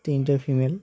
তিনটে ফিমেল